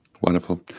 Wonderful